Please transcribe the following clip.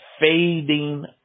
fading